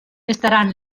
estaran